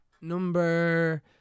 Number